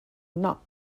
not